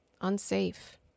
unsafe